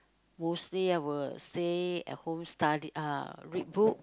mostly I would stay at home study uh read book